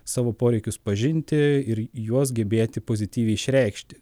savo poreikius pažinti ir juos gebėti pozityviai išreikšti